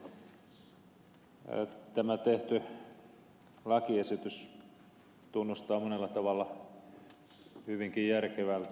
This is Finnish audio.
tämä tehty lakiesitys tuntuu monella tavalla hyvinkin järkevältä